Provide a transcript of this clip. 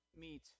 meet